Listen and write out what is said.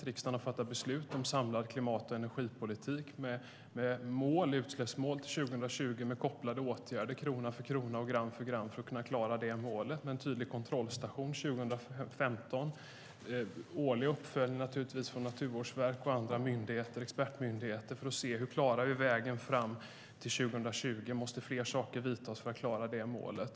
Riksdagen har fattat beslut om en samlad klimat och energipolitik med utsläppsmål till 2020, med kopplade åtgärder krona för krona och gram för gram för att kunna klara det målet, en tydlig kontrollstation 2015 och naturligtvis en årlig uppföljning från Naturvårdsverket och andra expertmyndigheter för att se hur vi ska klara vägen fram till 2020 - måste fler saker vidtas för att klara det målet?